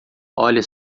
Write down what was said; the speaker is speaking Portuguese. olha